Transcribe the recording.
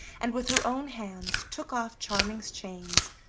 and with her own hands took off charming's chains.